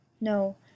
no